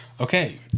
Okay